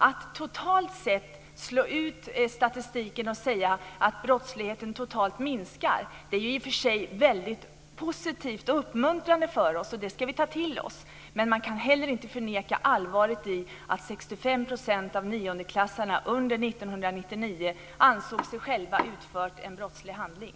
Att slå ut statistiken och säga att brottsligheten totalt sett minskar är i och för sig väldigt positivt och uppmuntrande för oss, och det ska vi ta till oss. Men man kan heller inte förneka allvaret i att 65 % av niondeklassarna under 1999 ansåg att de själva hade utfört en brottslig handling.